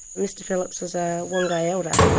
mr phillips was a wangai elder,